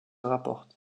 rapporte